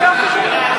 משהו נשרף.